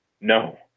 No